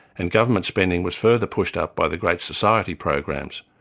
and government spending was further pushed up by the great society programs,